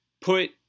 put